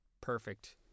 perfect